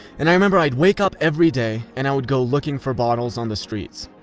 and i remember i'd wake up every day and i would go looking for bottles on the streets.